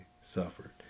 suffered